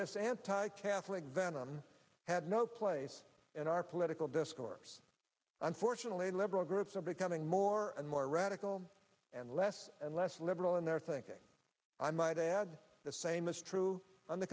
this anti catholic venom had no place in our political discourse unfortunately liberal groups are becoming more and more radical and less and less liberal in their thinking i might add the same is true on the